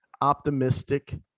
optimistic